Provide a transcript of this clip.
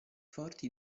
forti